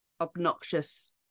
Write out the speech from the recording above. obnoxious